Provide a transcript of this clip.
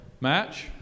match